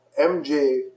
MJ